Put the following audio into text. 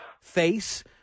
face